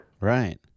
Right